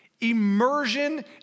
Immersion